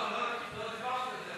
לא דיברתי על